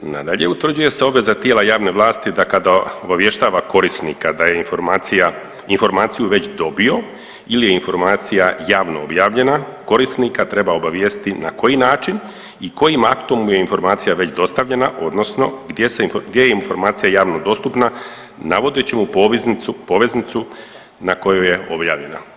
Nadalje, utvrđuje se obveza tijela javne vlasti da kada obavještava korisnika da je informaciju već dobio ili je informacija javno objavljena korisnika treba obavijestiti na koji način i kojim aktom mu je informacija već dostavljena, odnosno gdje je informacija javno dostupna navodeći mu poveznicu na kojoj je objavljena.